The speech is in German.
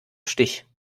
stich